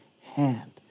hand